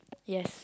yes